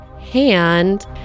hand